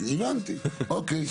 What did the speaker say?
אוקיי.